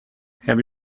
have